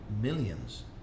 millions